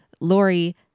Lori